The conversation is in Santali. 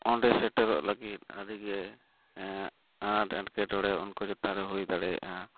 ᱚᱸᱰᱮ ᱥᱮᱴᱮᱨᱚᱜ ᱞᱟᱹᱜᱤᱫ ᱟᱹᱰᱤᱜᱮ ᱟᱱᱟᱴ ᱮᱴᱠᱮᱴᱚᱬᱮ ᱩᱱᱠᱩ ᱪᱮᱛᱟᱱᱨᱮ ᱦᱩᱭ ᱫᱟᱲᱮᱭᱟᱜᱼᱟ